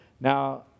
Now